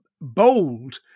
bold